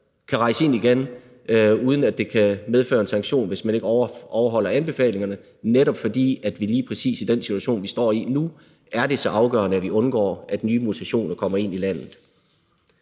kan rejse ind igen, uden at det kan medføre en sanktion, hvis man ikke overholder anbefalingerne, netop fordi det lige præcis i den situation, vi står i nu, er så afgørende, at vi undgår, at nye mutationer kommer ind i landet.